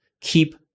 keep